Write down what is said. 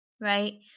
right